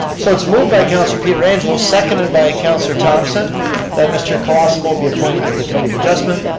so it's moved by councilor pietrangelo, seconded by councilor thomson that mr. collosum will be appointed to the committee of adjustment.